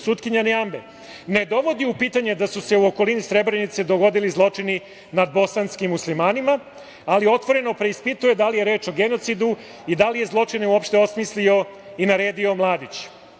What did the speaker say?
Sutkinja Niambe ne dovodi u pitanje da se u okolini Srebrenice dogodili zločini nad bosanskim muslimanima, ali otvoreno preispituje da li je reč o genocidu i da li je zločin uopšte osmislio i naredio Mladić.